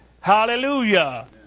Hallelujah